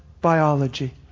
biology